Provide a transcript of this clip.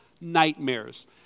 nightmares